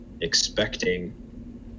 expecting